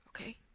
Okay